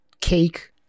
cake